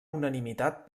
unanimitat